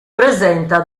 presenta